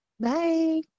Bye